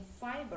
fiber